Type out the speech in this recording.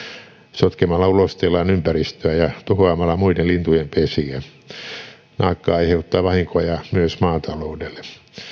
sotkemalla ulosteellaan ympäristöä ja tuhoamalla muiden lintujen pesiä naakka aiheuttaa vahinkoja myös maataloudelle